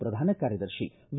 ಪ್ರಧಾನಕಾರ್ಯದರ್ಶಿ V